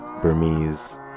Burmese